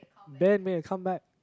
band made a comeback